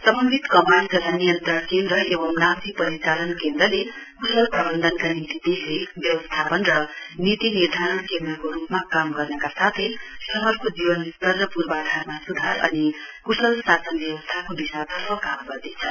समन्वित कमाण्ड तथा नियन्त्रण केन्द्र एवं नाम्ची परिचालन केन्द्रले क्शल प्रवन्धनका निम्ति देखरेख व्यवस्थापन र नीति निर्धारण केन्द्रको रूपमा काम गर्नका साथै शहरको जीवन स्तर र पूर्वाधारमा सुधार अनि कुशल शासन व्यवस्थाको दिशातर्फ काम गर्नेछ